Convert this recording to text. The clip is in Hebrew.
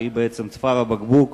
שהיא צוואר הבקבוק